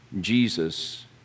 Jesus